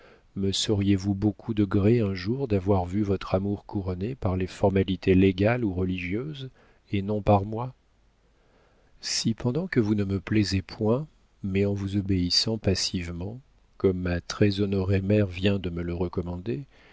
me sauriez-vous beaucoup de gré un jour d'avoir vu votre amour couronné par les formalités légales ou religieuses et non par moi si pendant que vous ne me plaisez point mais en vous obéissant passivement comme ma très honorée mère vient de me le recommander